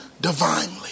divinely